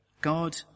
God